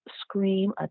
scream